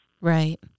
Right